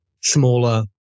smaller